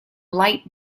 light